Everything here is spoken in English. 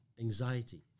anxiety